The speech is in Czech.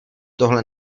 tohle